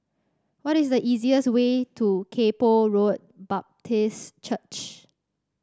what is the easiest way to Kay Poh Road Baptist Church